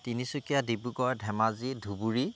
Tinsukia Dibrugarh Dhemaji Dhubri